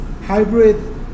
Hybrid